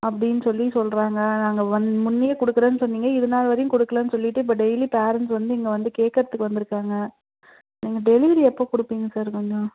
அப்படின்னு சொல்லி சொல்கிறாங்க நாங்கள் வந்து முன்னேயே கொடுக்குறேன்னு சொன்னீங்க இது நாள் வரைக்கும் கொடுக்கலேன்னு சொல்லிவிட்டு இப்போ டெய்லி பேரெண்ட்ஸ் வந்து இங்கே வந்து கேக்கிறதுக்கு வந்திருக்காங்க நீங்கள் டெலிவரி எப்போ கொடுப்பீங்க சார் கொஞ்சம்